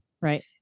Right